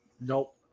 Nope